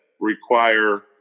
require